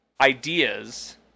ideas